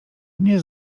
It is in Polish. nie